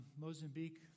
Mozambique